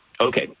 Okay